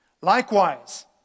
Likewise